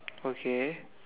okay